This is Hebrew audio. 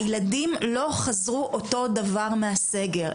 הילדים לא חזרו אותו דבר מהסגר,